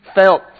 felt